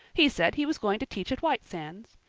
he said he was going to teach at white sands.